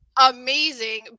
Amazing